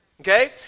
okay